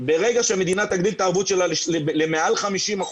ברגע שהמדינה תגדיל את הערבות שלה למעל 50%,